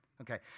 Okay